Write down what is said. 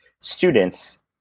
students